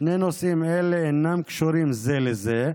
שני נושאים אלה אינם קשורים זה לזה,